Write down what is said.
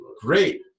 great